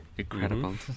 incredible